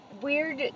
weird